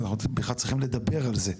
שאנחנו בכלל צריכים לדבר על זה,